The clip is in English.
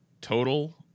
Total